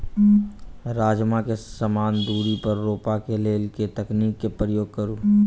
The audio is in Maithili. राजमा केँ समान दूरी पर रोपा केँ लेल केँ तकनीक केँ प्रयोग करू?